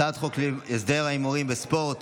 הצעת חוק להסדר ההימורים בספורט,